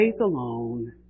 alone